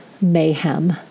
mayhem